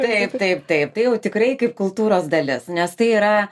taip taip taip tai jau tikrai kaip kultūros dalis nes tai yra